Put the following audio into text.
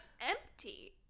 empty